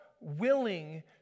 willing